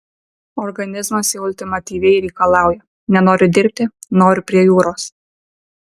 organizmas jau ultimatyviai reikalauja nenoriu dirbti noriu prie jūros